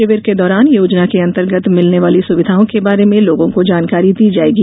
शिविर के दौरान योजना के अंतर्गत मिलने वाली सुविधाओं के बारे में लोगों को जानकारी दी जाएगी